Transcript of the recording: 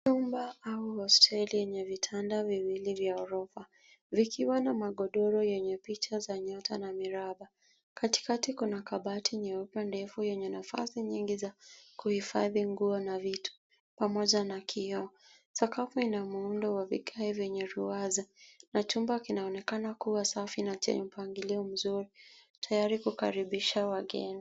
Chumba au hosteli yenye vitanda viwili vya ghorofa vikiwa na magodoro yenye picha za nyota na miraba. Katikati kuna kabati nyeupe ndefu yenye nafasi nyingi za kuhifadhi nguo na vitu pamoja na kioo. Sakafu ina muundo wa vigae venye ruwaza na chumba kinaonekana kuwa safi na chenye mpangilio mzuri, tayari kukaribisha wageni.